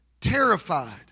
terrified